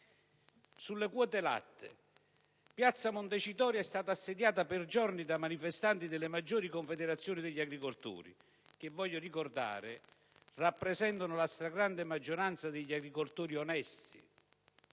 Sulle quote latte, piazza di Montecitorio è stata assediata per giorni da manifestanti delle maggiori confederazioni degli agricoltori, che - lo voglio ricordare - rappresentano la stragrande maggioranza degli agricoltori onesti,